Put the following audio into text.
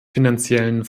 finanziellen